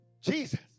Jesus